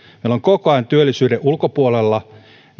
on koko ajan työllisyyden ulkopuolella